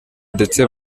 ndetse